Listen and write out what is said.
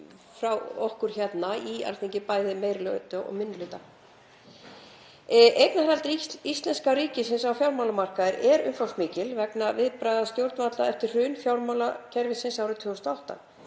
frá okkur á Alþingi, bæði meiri hluta og minni hluta. Eignarhald íslenska ríkisins á fjármálamarkaði er umfangsmikið vegna viðbragða stjórnvalda eftir hrun fjármálakerfisins árið 2008.